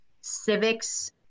civics